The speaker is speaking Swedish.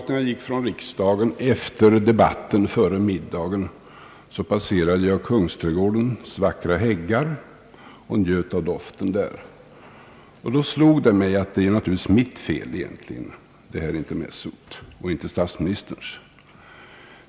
När jag gick från riksdagshuset efter förmiddagens debatt passerade jag Kungsträdgårdens vackra häggar, och jag njöt av doften där. Då slog det mig att detta intermezzo naturligtvis är mitt fel och inte statsministerns.